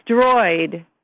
destroyed